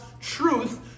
truth